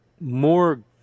more